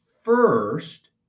first